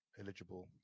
eligible